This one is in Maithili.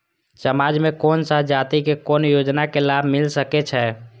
समाज में कोन सा जाति के कोन योजना के लाभ मिल सके छै?